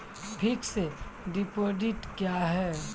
Fixed deposit क्या हैं?